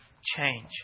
change